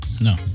No